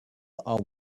are